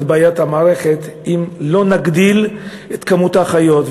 בעיית המערכת אם לא נגדיל את מספר האחיות.